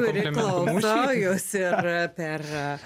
kuri klauso jus ir per